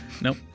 Nope